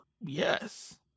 Yes